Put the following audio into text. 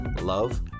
love